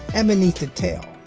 and beneath the tail.